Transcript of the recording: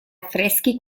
affreschi